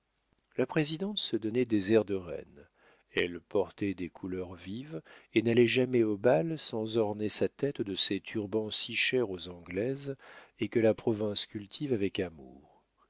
la présidente se donnait des airs de reine elle portait des couleurs vives et n'allait jamais au bal sans orner sa tête de ces turbans si chers aux anglaises et que la province cultive avec amour